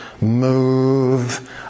move